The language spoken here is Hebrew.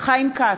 חיים כץ,